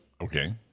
Okay